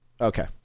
okay